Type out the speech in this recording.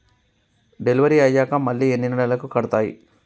Delivery అయ్యాక మళ్ళీ ఎన్ని నెలలకి కడుతాయి?